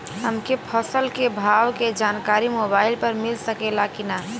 हमके फसल के भाव के जानकारी मोबाइल पर मिल सकेला की ना?